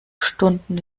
stunden